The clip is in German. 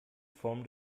form